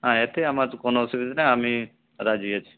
হ্যাঁ এতে আমার কোনো অসুবিধা নেই আমি রাজি আছি